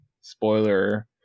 spoiler